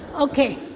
Okay